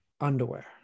underwear